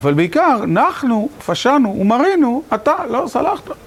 אבל בעיקר, אנחנו פשענו ומרינו, אתה לא סלחת.